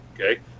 okay